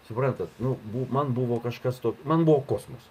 suprantat nu bu man buvo kažkas tokio man buvo kosmosas